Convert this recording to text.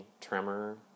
tremor